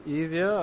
easier